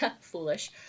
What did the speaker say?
foolish